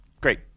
Great